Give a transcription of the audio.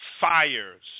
Fires